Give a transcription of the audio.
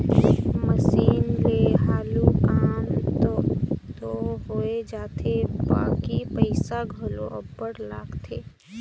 machine ले हालु काम दो होए जाथे बकि पइसा घलो अब्बड़ लागथे